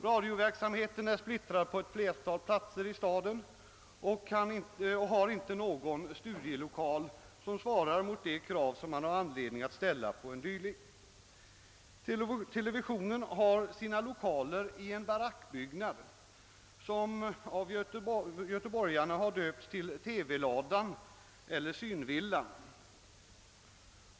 Radioverksamheten är splittrad på ett flertal platser i staden och har inte någon studiolokal som svarar mot de krav man har anledning att ställa på en dylik. Televisionen har sina lokaler i en barackbyggnad, som av göteborgarna döpts till TV-ladan eller Synvillan.